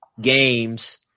games